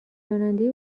راننده